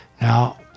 Now